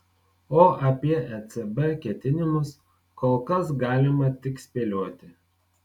o apie ecb ketinimus kol kas galima tik spėlioti